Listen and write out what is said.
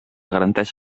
garanteix